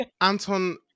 anton